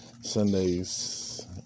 Sunday's